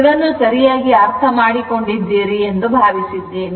ಇದನ್ನು ಸರಿಯಾಗಿ ಅರ್ಥ ಮಾಡಿ ಕೊಂಡಿದ್ದೀರಿ ಎಂದು ಭಾವಿಸಿದ್ದೇನೆ